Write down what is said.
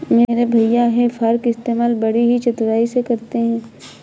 मेरे भैया हे फार्क इस्तेमाल बड़ी ही चतुराई से करते हैं